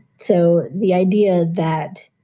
so the idea that.